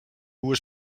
was